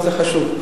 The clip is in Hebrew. וזה חשוב,